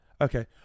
Okay